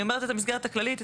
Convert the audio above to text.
אני אומרת את זה במסגרת הכללית.